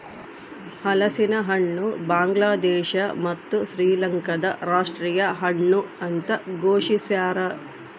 ಹಲಸಿನಹಣ್ಣು ಬಾಂಗ್ಲಾದೇಶ ಮತ್ತು ಶ್ರೀಲಂಕಾದ ರಾಷ್ಟೀಯ ಹಣ್ಣು ಅಂತ ಘೋಷಿಸ್ಯಾರ